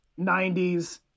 90s